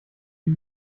ihr